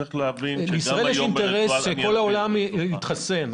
לישראל יש אינטרס שכל העולם יתחסן,